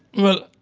well,